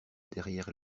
derrière